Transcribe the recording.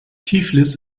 tiflis